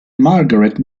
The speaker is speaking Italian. margaret